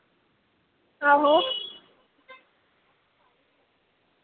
आहो